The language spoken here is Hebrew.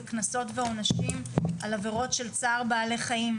קנסות ועונשים על עבירות של צער בעלי חיים.